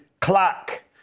clack